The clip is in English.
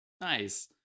Nice